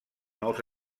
nous